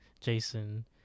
Jason